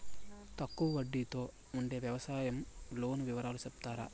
తక్కువ వడ్డీ తో ఉండే వ్యవసాయం లోను వివరాలు సెప్తారా?